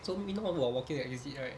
so meanwhile while walking to the exit right